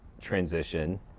transition